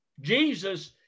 Jesus